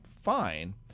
fine